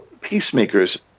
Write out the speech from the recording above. peacemakers